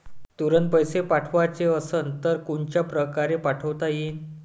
तुरंत पैसे पाठवाचे असन तर कोनच्या परकारे पाठोता येईन?